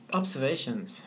observations